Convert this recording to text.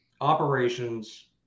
operations